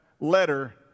letter